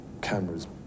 cameras